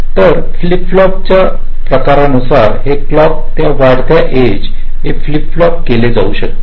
तर फ्लिप फ्लॉपच्या प्रकारानुसार हे क्लॉकच्या वाढत्या एज हे फ्लिप फ्लॉप केले जाऊ शकते